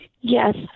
Yes